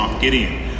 Gideon